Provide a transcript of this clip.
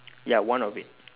ya one of it